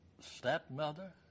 stepmother